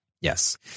Yes